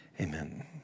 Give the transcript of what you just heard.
Amen